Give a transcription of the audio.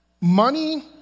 Money